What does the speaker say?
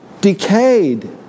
decayed